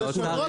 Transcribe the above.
היושב-ראש